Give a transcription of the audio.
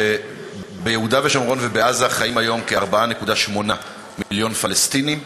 שביהודה ושומרון ובעזה חיים היום כ-4.8 מיליון פלסטינים.